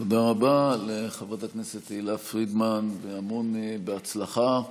תודה רבה לחברת הכנסת תהלה פרידמן והמון בהצלחה.